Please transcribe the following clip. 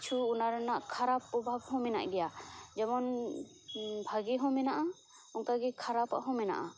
ᱠᱤᱪᱷᱩ ᱚᱱᱟ ᱨᱮᱱᱟᱜ ᱠᱷᱟᱨᱟᱯ ᱯᱚᱨᱵᱷᱟᱵᱽ ᱦᱚᱸ ᱢᱮᱱᱟᱜ ᱜᱮᱭᱟ ᱡᱮᱢᱚᱱ ᱵᱷᱟᱜᱮ ᱦᱚᱸ ᱢᱮᱱᱟᱜᱼᱟ ᱚᱱᱠᱟ ᱜᱮ ᱠᱷᱟᱨᱟᱯᱟᱜ ᱦᱚᱸ ᱢᱮᱱᱟᱜᱼᱟ